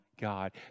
God